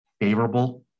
favorable